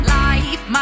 life